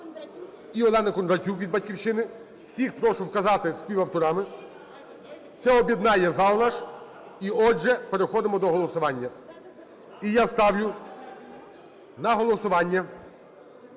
І Олена Кондратюк від "Батьківщини". Всіх прошу вказати співавторами, це об'єднає зал наш. Отже, переходимо до голосування. І я ставлю на голосування…